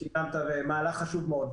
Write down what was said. קידמת מהלך חשוב מאוד.